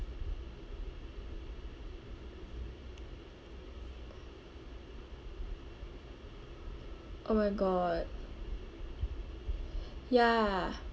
oh my god ya